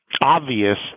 obvious